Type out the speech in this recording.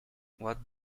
what